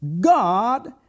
God